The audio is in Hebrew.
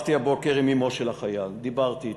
שוחחתי הבוקר עם אמו של החייל, דיברתי אתה,